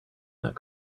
that